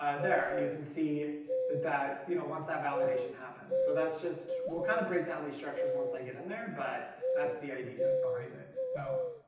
ah there. you can see that that you know once that validation happens. so that's just we'll kind of break down these structures once i get in there but that's the idea behind it. so.